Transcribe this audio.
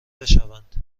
بشوند